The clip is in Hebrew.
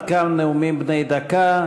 עד כאן נאומים בני דקה.